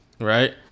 Right